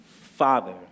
Father